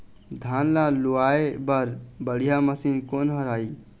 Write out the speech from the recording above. धान ला लुआय बर बढ़िया मशीन कोन हर आइ?